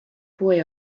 boy